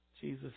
Jesus